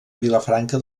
vilafranca